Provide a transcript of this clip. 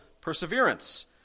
perseverance